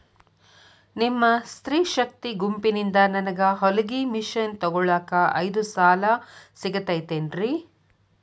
ನಿಮ್ಮ ಸ್ತ್ರೇ ಶಕ್ತಿ ಗುಂಪಿನಿಂದ ನನಗ ಹೊಲಗಿ ಮಷೇನ್ ತೊಗೋಳಾಕ್ ಐದು ಸಾಲ ಸಿಗತೈತೇನ್ರಿ?